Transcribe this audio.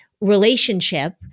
relationship